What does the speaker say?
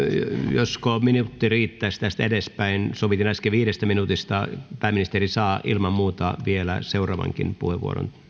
josko minuutti riittäisi tästä edespäin kun sovittiin äsken viidestä minuutista pääministeri saa ilman muuta vielä seuraavankin puheenvuoron